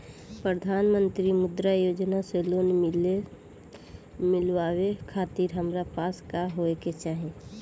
प्रधानमंत्री मुद्रा योजना से लोन मिलोए खातिर हमरा पास का होए के चाही?